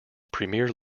premier